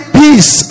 peace